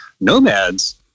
Nomads